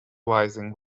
rising